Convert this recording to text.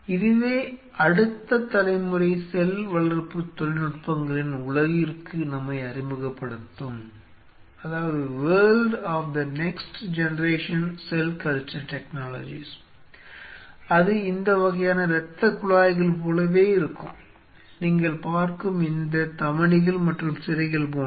இதுவே அடுத்த தலைமுறை செல் வளர்ப்பு தொழில்நுட்பங்களின் உலகிற்கு நம்மை அறிமுகப்படுத்தும் அது இந்த வகையான இரத்தக்குழாய்கள் போலவே இருக்கும் நீங்கள் பார்க்கும் இந்த தமனிகள் மற்றும் சிரைகள் போன்று